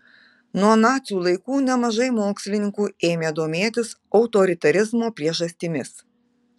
nuo nacių laikų nemažai mokslininkų ėmė domėtis autoritarizmo priežastimis